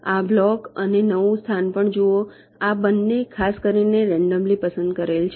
આ બ્લોક અને નવું સ્થાન પણ જુઓ આ બંને ખાસ કરીને રેન્ડમલી પસંદ કરેલ છે